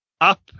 up